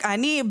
שר,